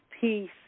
peace